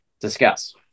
Discuss